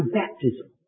baptism